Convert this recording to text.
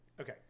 Okay